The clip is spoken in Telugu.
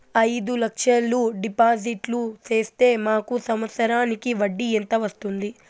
అయిదు లక్షలు డిపాజిట్లు సేస్తే మాకు సంవత్సరానికి వడ్డీ ఎంత వస్తుంది?